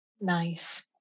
nice